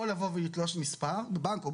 או לבוא ולתלוש מספר בבנק,